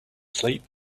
sleep